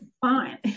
fine